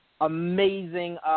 Amazing